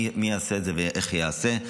מי יעשה את זה ואיך יעשה.